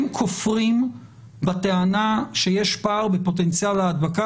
הם כופרים בטענה שיש פער בפוטנציאל ההדבקה